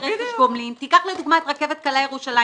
רכש גומלין תיקח לדוגמה את הרכבת הקלה בירושלים,